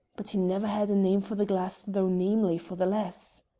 but he never had a name for the glass though namely for the lass.